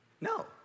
No